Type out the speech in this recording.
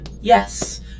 Yes